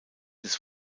des